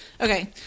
Okay